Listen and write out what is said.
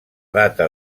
data